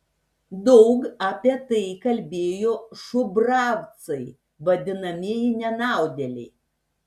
daug apie tai kalbėjo šubravcai vadinamieji nenaudėliai